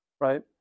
right